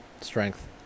strength